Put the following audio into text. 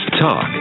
Talk